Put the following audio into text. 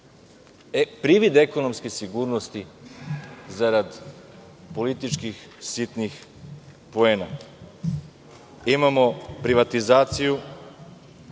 privid ekonomske sigurnosti, zarad političkih sitnih poena. Imamo privatizaciju